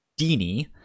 dini